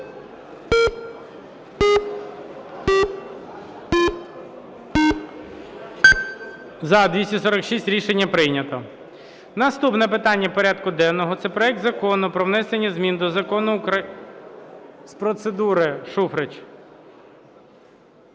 За-246 Рішення прийнято. Наступне питання порядку денного – це проект Закону про внесення змін до Закону України ... З процедури – Шуфрич.